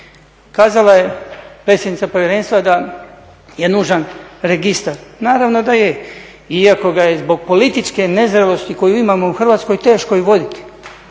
Kazala je predsjednica povjerenstva da je nužan registar. Naravno da je, iako ga je zbog političke nezrelosti koju imamo u Hrvatskoj teško i voditi.